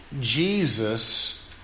Jesus